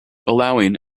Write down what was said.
allowing